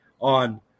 on